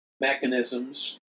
mechanisms